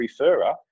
referrer